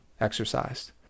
exercised